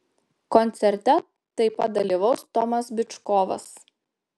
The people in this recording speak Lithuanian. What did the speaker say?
koncerte taip pat dalyvaus tomas byčkovas